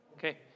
Okay